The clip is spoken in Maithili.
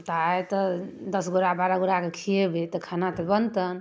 तऽ आइ तऽ दस गोटा बारह गोटाके खिएबै तऽ खाना तऽ बनतनि